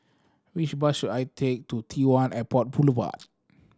which bus should I take to T One Airport Boulevard